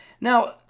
Now